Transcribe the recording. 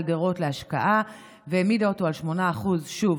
דירות להשקעה והעמידה אותו על 8% שוב,